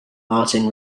martin